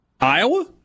Iowa